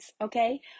Okay